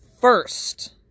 first